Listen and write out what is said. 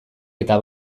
eta